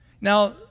Now